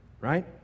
right